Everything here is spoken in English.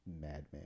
madman